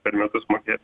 per metus mokėt